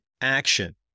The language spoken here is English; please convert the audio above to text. Action